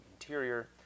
interior